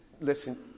listen